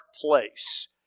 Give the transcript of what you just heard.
place